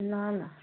ल ल